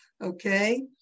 okay